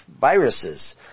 viruses